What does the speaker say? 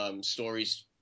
stories